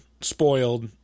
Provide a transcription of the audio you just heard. spoiled